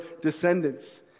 descendants